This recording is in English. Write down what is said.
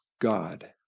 God